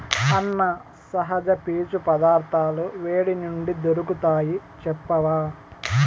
అన్నా, సహజ పీచు పదార్థాలు వేటి నుండి దొరుకుతాయి చెప్పవా